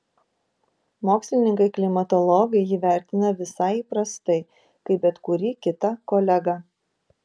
mokslininkai klimatologai jį vertina visai įprastai kaip bet kurį kitą kolegą